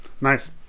Nice